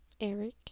Eric